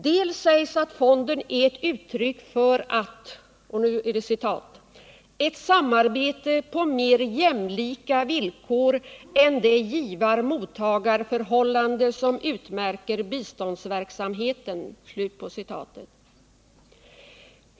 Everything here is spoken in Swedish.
Dels sägs att fonden är ett uttryck för att eftersträva ”ett samarbete på mer jämlika villkor än det givare-mottagareförhållande som utmärker biståndsverksamheten”.